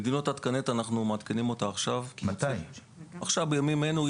אנחנו מעדכנים אותה בימים אלה.